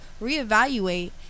reevaluate